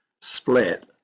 split